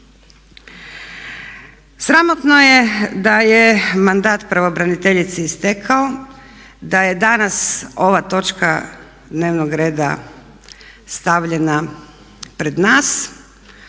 Sramotno je da je mandat pravobraniteljici istekao, da je danas ova točka dnevnog reda stavljena pred nas